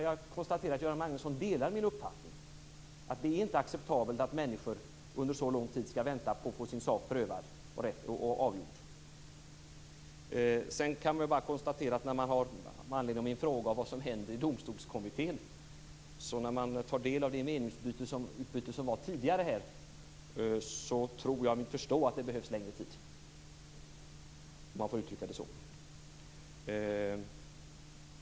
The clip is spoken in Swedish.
Jag konstaterar att Göran Magnusson delar min uppfattning att det inte är acceptabelt att människor under så lång tid skall vänta på att få sin sak prövad och avgjord. Jag frågade vad som händer i Domstolskommittén. Med tanke på det meningsutbyte som var tidigare tror jag mig förstå att det behövs längre tid, om man får uttrycka det så.